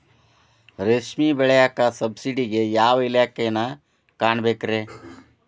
ರೇಷ್ಮಿ ಬೆಳಿಯಾಕ ಸಬ್ಸಿಡಿಗೆ ಯಾವ ಇಲಾಖೆನ ಕಾಣಬೇಕ್ರೇ?